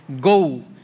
go